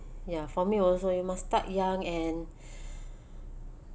ya for me also you must start young and